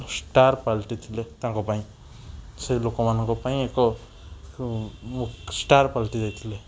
star ପାଲିଟି ଥିଲେ ତାଙ୍କ ପାଇଁ ସେଇ ଲୋକମାନଙ୍କ ପାଇଁ ଏକ ଷ୍ଟାର ପାଲିଟି ଯାଇଥିଲେ